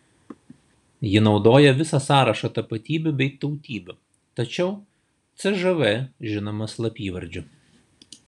ji naudoja visą sąrašą tapatybių bei tautybių tačiau cžv žinoma slapyvardžiu